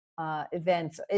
Events